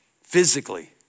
physically